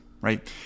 right